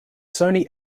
sony